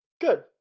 Good